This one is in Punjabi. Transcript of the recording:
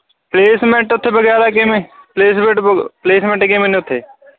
ਪਲੇਸਮੈਂਟ ਉੱਥੇ ਵਗ਼ੈਰਾ ਕਿਵੇਂ ਪਲੇਸਮੈਂਟ ਵ ਪਲੇਸਮੈਂਟ ਕਿਵੇਂ ਨੇ ਉੱਥੇ